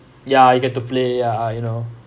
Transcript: ya you get to play ya you know